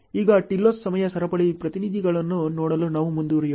ಈಗ TILOSನಲ್ಲಿ ಸಮಯ ಸರಪಳಿ ಪ್ರಾತಿನಿಧ್ಯಗಳನ್ನು ನೋಡಲು ನಾವು ಮುಂದುವರಿಯೋಣ